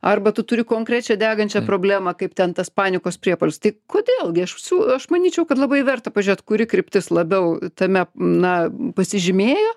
arba tu turi konkrečią degančią problemą kaip ten tas panikos priepuolis tai kodėl gi aš su aš manyčiau kad labai verta pažiūrėt kuri kryptis labiau tame na pasižymėjo